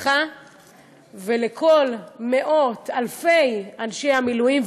לך ולכל מאות אלפי אנשי המילואים,